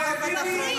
איך אמר ביבי?